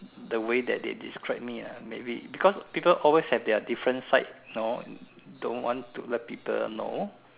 the way that they described me ah maybe because people always have their different side know don't want to let people know